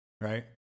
Right